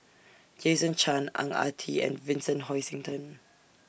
Jason Chan Ang Ah Tee and Vincent Hoisington